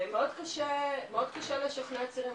ומאוד קשה לשכנע צעירים,